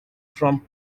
from